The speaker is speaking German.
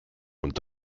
und